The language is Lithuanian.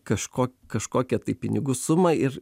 kažko kažkokią tai pinigų sumą ir